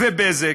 ו"בזק".